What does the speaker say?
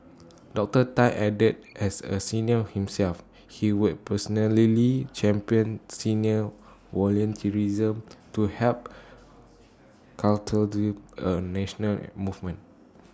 Doctor Tan added as A senior himself he will personally champion senior volunteerism to help A national movement